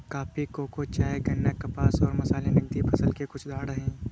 coffee, cocoa, चाय, गन्ना, कपास और मसाले नकदी फसल के कुछ उदाहरण हैं